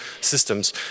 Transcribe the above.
systems